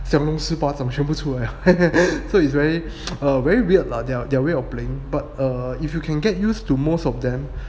祥龙十八掌全都出来了 so it's very very weird lah their their way of playing but err if you can get used to most of them